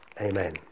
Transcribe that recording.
Amen